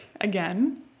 again